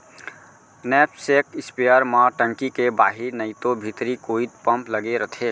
knapsack sprayer म टंकी के बाहिर नइतो भीतरी कोइत पम्प लगे रथे